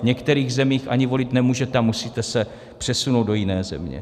V některých zemích ani volit nemůžete a musíte se přesunout do jiné země.